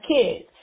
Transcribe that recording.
kids